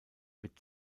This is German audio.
wird